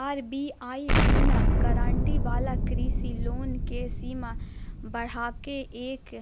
RBI बिना guarantee वाला कृषि लोन के सीमा बढ़ाके एक